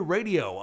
Radio